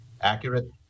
Accurate